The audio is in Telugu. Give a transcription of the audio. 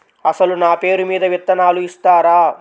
అసలు నా పేరు మీద విత్తనాలు ఇస్తారా?